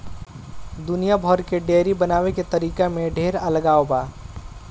दुनिया भर के डेयरी बनावे के तरीका में ढेर अलगाव बा